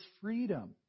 freedom